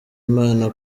imana